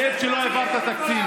כאב שלא העברת תקציב.